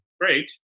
great